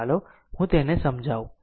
તો ચાલો હું તેને સમજાવું